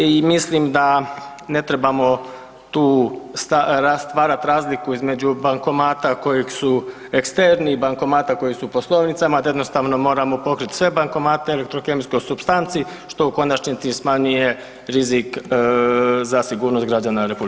I mislim da ne trebamo tu stvarat razliku između bankomata koji su eksterni i bankomata koji su u poslovnicama da jednostavno moramo pokriti sve bankomate elektrokemijskom supstanci što u konačnici smanjuje rizik za sigurnost građana RH.